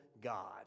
God